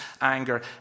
anger